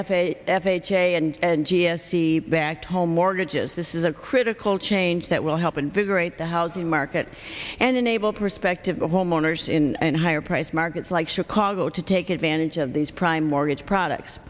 and g s c back home mortgages this is a critical change that will help invigorate the housing market and enable perspective homeowners in and higher price markets like chicago to take advantage of these prime mortgage products